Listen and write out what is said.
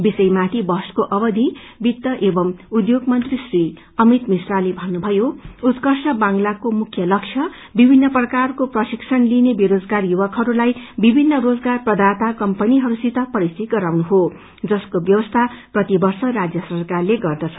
विषयमाथि वहसको अवधि वित्त एवं उध्योग मंत्री श्री अमित मिश्राले भन्नुभयो उत्कृष बांगलाको मुख्य लक्ष्य विभिन्न प्रकारको प्रशिक्षण लिइने बेरोजगार युवकहरूलाई विभिन्न रोजगार प्रदाता कम्पनीहरूसित परिचय गराउनु हो जसको व्यवस्था प्रतिवप्र राज्य सरकारले गर्दछ